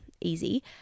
easy